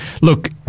look